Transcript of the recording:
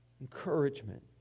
encouragement